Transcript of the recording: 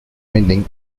winding